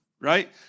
right